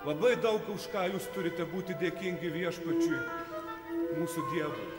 labai daug už ką jūs turite būti dėkingi viešpačiui